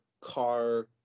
car